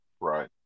Right